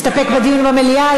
להסתפק בדיון במליאה?